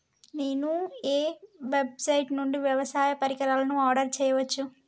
నేను ఏ వెబ్సైట్ నుండి వ్యవసాయ పరికరాలను ఆర్డర్ చేయవచ్చు?